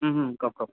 কওক কওক